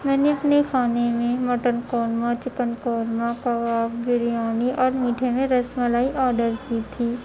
میں نے اپنے کھانے میں مٹن قورمہ چکن قورمہ کباب بریانی اور میٹھے میں رس ملائی آڈر کی تھی